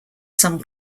some